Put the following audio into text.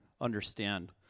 understand